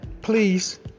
please